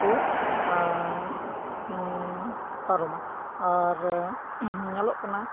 ᱠᱚᱯᱟᱨᱚᱢᱟ ᱟᱨ ᱧᱮᱞᱚᱜ ᱠᱟᱱᱟ